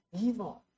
evil